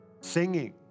singing